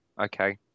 Okay